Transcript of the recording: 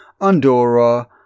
Andorra